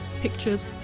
pictures